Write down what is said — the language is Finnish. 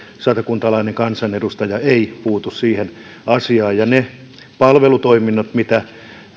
satakuntalainen kansanedustaja ei puutu siihen asiaan ja niistä palvelutoiminnoista mitä